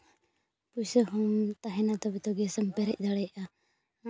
ᱯᱩᱭᱥᱟᱹ ᱦᱚᱸ ᱛᱟᱦᱮᱱᱟ ᱛᱚᱵᱮ ᱛᱚ ᱜᱮᱥ ᱮᱢ ᱯᱮᱨᱮᱡ ᱫᱟᱲᱮᱭᱟᱜᱼᱟ